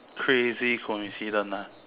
crazy coincident ah